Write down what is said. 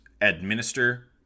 administer